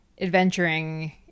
adventuring